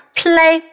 play